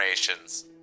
generations